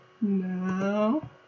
No